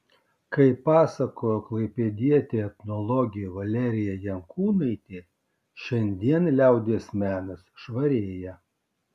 kaip pasakojo klaipėdietė etnologė valerija jankūnaitė šiandien liaudies menas švarėja